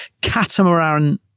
catamaran –